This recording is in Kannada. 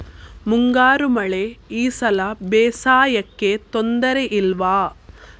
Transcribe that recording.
ಮುಂಗಾರು ಮಳೆ ಈ ಸಲ ಬೇಸಾಯಕ್ಕೆ ತೊಂದರೆ ಇಲ್ವ?